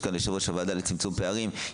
נמצא כאן יושב-ראש הוועדה לצמצום פערים,